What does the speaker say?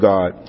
God